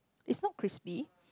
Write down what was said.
it's not crispy